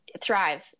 Thrive